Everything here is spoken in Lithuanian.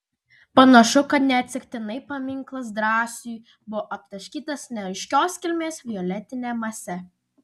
panašu kad neatsitiktinai paminklas drąsiui buvo aptaškytas neaiškios kilmės violetine mase